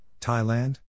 Thailand